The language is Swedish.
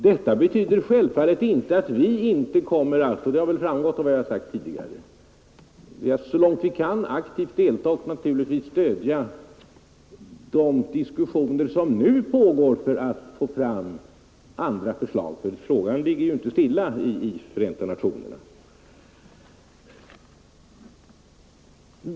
Detta betyder självfallet inte att vi inte kommer att — och det har väl framgått av vad jag sagt tidigare — så långt vi kan aktivt delta i och naturligtvis stödja de diskussioner som nu pågår för att få fram andra förslag, ty frågan ligger ju inte stilla i Förenta nationerna.